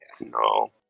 no